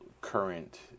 current